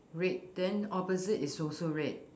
red then opposite it's also red